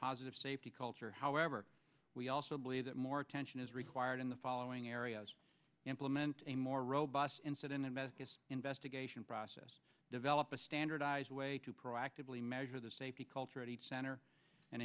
positive safety culture however we also believe that more attention is required in the following areas implement a more robust incident invest investigation process develop a standardized way to proactively measure the safety culture at its center and